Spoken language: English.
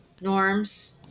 norms